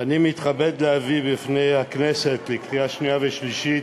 אני מתכבד להביא בפני הכנסת לקריאה השנייה והשלישית